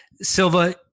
Silva